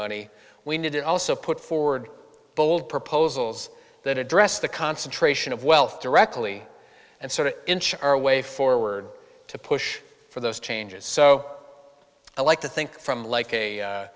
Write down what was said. money we need and also put forward bold proposals that address the concentration of wealth directly and sort of inch our way forward to push for those changes so i like to think from like a